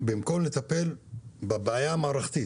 במקום לטפל בבעיה המערכתית.